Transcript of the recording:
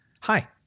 Hi